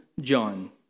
John